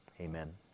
Amen